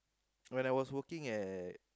when I was working at